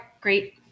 great